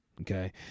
okay